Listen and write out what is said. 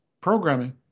programming